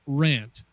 rant